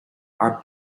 our